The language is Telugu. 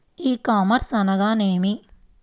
ఈ కామర్స్ అనగానేమి?